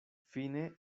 fine